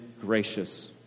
gracious